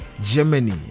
germany